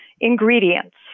ingredients